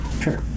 sure